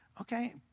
okay